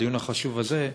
בדיון החשוב הזה,